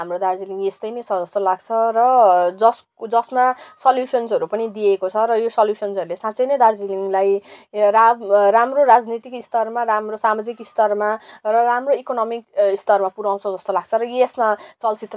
हाम्रो दार्जिलिङ यस्तै नै छ जस्तो लाग्छ र जसको जसमा सल्युसन्सहरू पनि दिइएको छ र यो सल्युसन्सहरूलाई साँच्चै नै दार्जिलिङलाई रा राम्रो राजनीतिक स्तरमा राम्रो सामाजिक स्तरमा र राम्रो इकोनोमिक स्तरमा पुऱ्याउँछ जस्तो लाग्छ र यसमा चलचित्र आउन अति नै